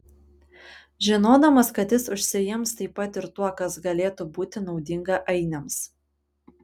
žinodamas kad jis užsiims taip pat ir tuo kas galėtų būti naudinga ainiams